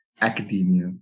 academia